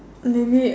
maybe